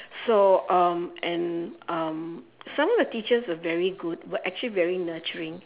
so um and um some of the teachers were very good were actually very nurturing